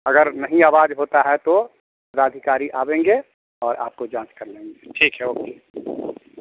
अगर नहीं आवाज़ होता है तो पदाधिकारी आवेंगे और आपको जाँच कर लेंगे ठीक है ओके